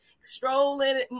strolling